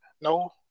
No